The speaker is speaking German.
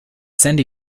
sandy